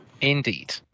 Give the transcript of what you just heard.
Indeed